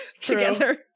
together